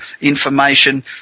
information